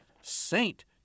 Saint